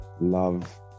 love